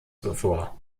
bevor